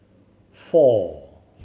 four